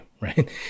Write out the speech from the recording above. right